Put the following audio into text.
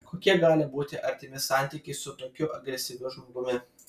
kokie gali būti artimi santykiai su tokiu agresyviu žmogumi